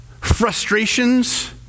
frustrations